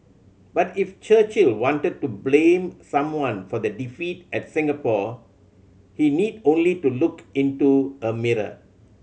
but if Churchill wanted to blame someone for the defeat at Singapore he need only to look into a mirror